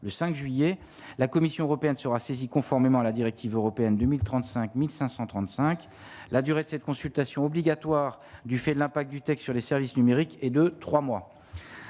le 5 juillet la Commission européenne sera saisie, conformément à la directive européenne de 1035 1535 la durée de cette consultation obligatoire du fait de l'impact du texte sur les services numériques et de 3 mois,